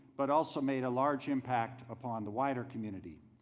but also made a large impact upon the wider community.